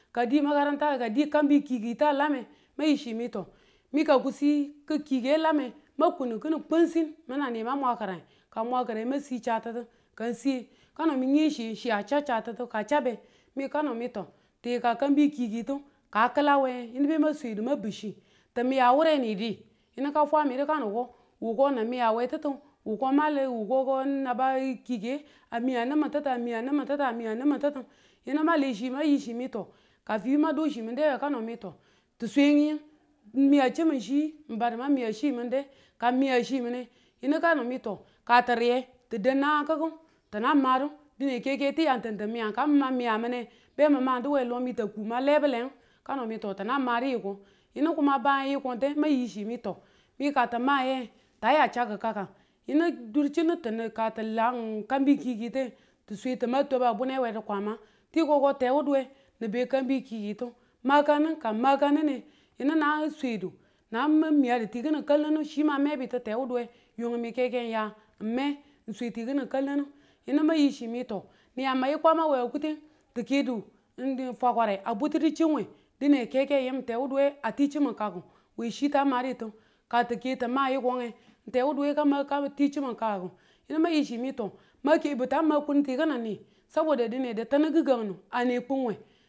ka dii ka dii kambi kiiki ta lame mang yi chi mi mi ka kiswi kiike a lame mang kunu kini kunsin mang mwa kirangu ka n mwa kirange mang si chatitu, ka siye, ka nang mi yi chi a cha chatitu ka chab e mi ka no mi ti yika kambi kiiki i tun ka klawe yini man swedu man bichi ti miya wureni di yinung ka fwa medu ko wuko miya we titun wu ko mwa le wuko n naba yi kiikiye a miya niman titun, a miya niman titun, a miya niman titun, yini ma le chi ma yi chi mi ka fi ma dung e kano mi ti sweng yi mi a chimun chi mi badu man miye chi mun de, ka miya chi min e yinu ka miyin ka ti riye, ti dun nang kiku ti nan madu dine keke tiya tintin miya kang ma miye mine be mi madu we lo taku ma lebu le ng kano mi tinang mady yiko, yinu ku ma ba yiko tan ma yi chi mi mi ka timang ye taya chaku kakaa yinu dur chnin ka tileng kan bi kiiki te ti swe ti ma tiba bune we kwama ti yikong ke tewuduwe ni be kambi kiyi tu, maka nun ka maka nung nine yinu nange swedu nang miyadu ti kini kwalange chi man medu chi tewuduwe yunu mi kekeng ya, me n swe ti kini kalange, yini mang yi chimi ni yi kwama we kuteng, ti kedu n din fwakware a butu din chin we dine keke yim tewuduwe a ti chimin kakkiku we chi ta maditu ka tike ti ma yikonge n tewuduwe ka ti chmin kakkiku yinu mang yi chi mi mang kebu ta ma kun n ti kini ni dine ditinu kikangnu ane kun we